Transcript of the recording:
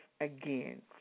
again